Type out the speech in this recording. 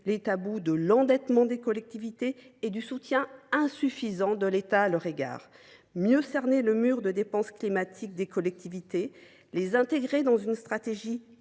les tabous de l’endettement des collectivités et du soutien insuffisant de l’État à leur égard. Il est essentiel de mieux cerner le mur de dépenses climatiques des collectivités, de les intégrer dans une stratégie